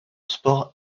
sport